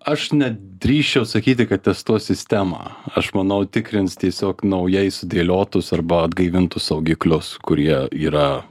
aš ne drįsčiau sakyti kad testuos sistemą aš manau tikrins tiesiog naujai sudėliotus arba atgaivintus saugiklius kurie yra